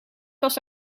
was